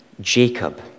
Jacob